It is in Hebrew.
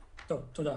תודה.